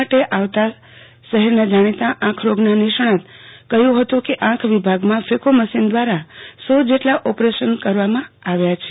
માટે આવતા શહેરના જાણીતા આંખના રોગના નિષ્ણાત કહયું હત કે આંખ વિભાગમાં ફકો મશીન દવારા સો જેટલા ઓપરેશન કરી નાખવામાં આવ્યા છે